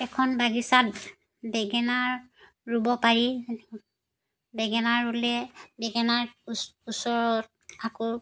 এখন বাগিচাত বেঙেনা ৰুব পাৰি বেঙেনা ৰুলে বেঙেনাৰ ওচ ওচৰত আকৌ